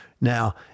Now